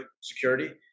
security